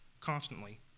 constantly